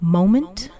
moment